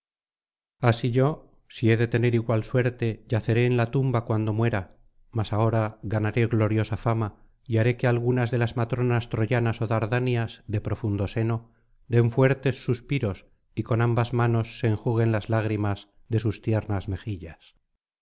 así yo si he de tener igual suerte yaceré en la tumba cuando muera mas ahora ganaré gloriosa fama y haré que algunas de las matronas troyanas ó dardanias de profundo seno den fuertes suspiros y con ambas manos se enjuguen las lágrimas de sus tiernas mejillas